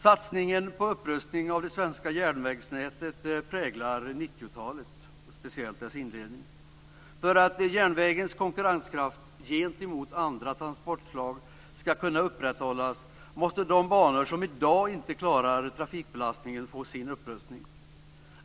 Satsningen på upprustning av det svenska järnvägsnätet präglar 90-talet, speciellt dess inledning. För att järnvägens konkurrenskraft gentemot andra transportslag skall kunna upprätthållas måste de banor som i dag inte klarar tafikbelastningen få sin upprustning.